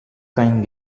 kein